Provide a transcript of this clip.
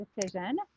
decision